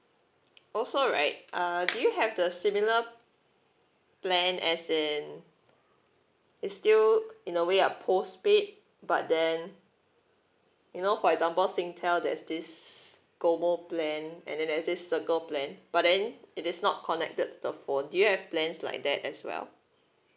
also right uh do you have the similar plan as in it's still in a way a postpaid but then you know for example Singtel there is this GOMO plan and then there is this circle plan but then it is not connected to the phone do you have plans like that as well